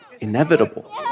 inevitable